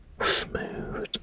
smooth